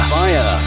fire